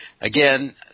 again